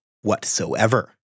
whatsoever